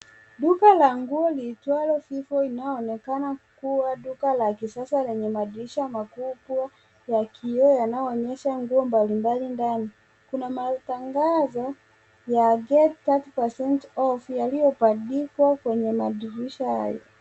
Duka la nguo liitwalo Vivo inayoonekana kuwa duka la kisasa lenye madirisha makubwa ya kioo yanayoonyesha nguo mbalimbali ndani. Kuna matangazo ya Get 30% off yaliyobandikwa kwenye madirisha hayo.